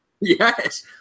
Yes